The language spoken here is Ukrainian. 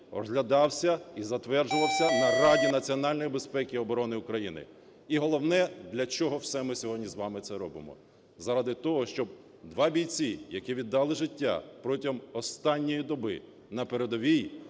розглядався і затверджувався на Раді національної безпеки і оборони України. І головне, для чого все ми сьогодні з вами це робимо, заради того, щоб 2 бійці, які віддали життя протягом останньої доби на передовій